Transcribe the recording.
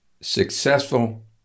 successful